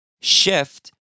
shift